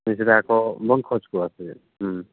ᱞᱟᱹᱭᱠᱮᱫᱟ ᱠᱚ ᱵᱚᱱ ᱠᱷᱚᱱ ᱠᱚᱣᱟ ᱥᱮ ᱪᱮᱫ